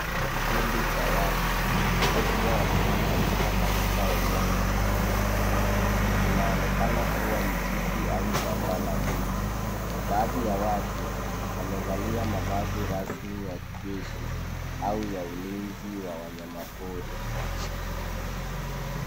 Kikundi cha watu wakiwa wamekusanyika katika eneo lenye miti mingi. Inaonekana kuwa misitu au shamba la miti. Baadhi ya watu wamevalia mavazi rasmi ya kijeshi au ya ulinzi wa wanyama pori.